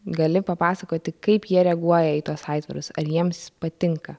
gali papasakoti kaip jie reaguoja į tuos aitvarus ar jiems patinka